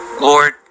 Lord